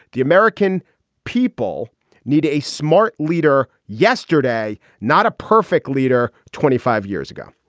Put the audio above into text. the american people need a smart leader yesterday, not a perfect leader twenty five years ago.